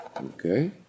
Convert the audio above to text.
Okay